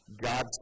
God